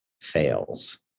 Fails